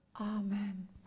Amen